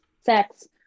sex